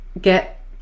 get